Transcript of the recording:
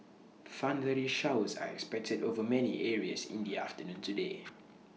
thundery showers are expected over many areas in the afternoon today